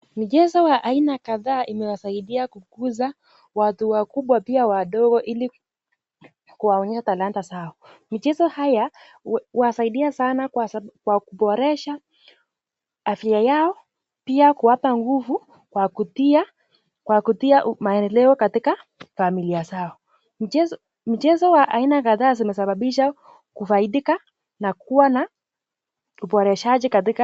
Michezo wa aina kadhaa imewasaidia kukuza watu wakubwa pia wadogo ili kuwaonyesha talanta zao. Michezo haya husaidia sana kwa kuboresha afya yao, pia kuwapa nguvu kwa kutia maendeleo katika familia zao. Michezo wa aina kadhaa zimesababisha kufaidika na kuwa na uboreshaji katika.